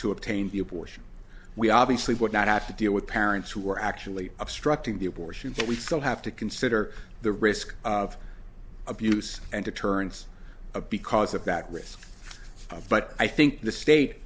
to obtain the abortion we obviously would not have to deal with parents who are actually obstructing the abortion but we still have to consider the risk of abuse and deterrence because of that risk but i think the state